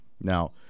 Now